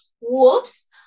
Whoops